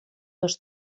dos